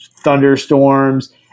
thunderstorms